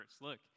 Look